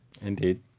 Indeed